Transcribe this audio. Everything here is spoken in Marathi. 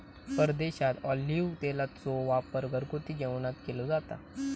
परदेशात ऑलिव्ह तेलाचो वापर घरगुती जेवणात केलो जाता